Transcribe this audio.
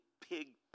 pig